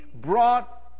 brought